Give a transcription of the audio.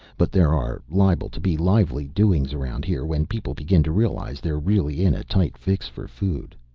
but there are liable to be lively doings around here when people begin to realize they're really in a tight fix for food.